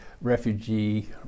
Refugee